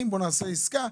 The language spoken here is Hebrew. נעשה עסקה,